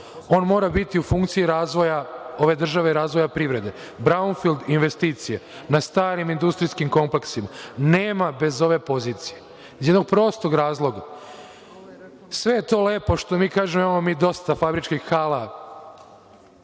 On mora biti u funkciji razvoja ove države i razvoja privrede. Braunfild investicije na starim industrijskim kompleksima nema bez ove pozicije, iz jednog prostog razloga. Sve je to lepo što mi kažemo da imamo mi dosta fabričkih hala